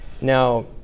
now